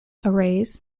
arrays